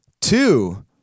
two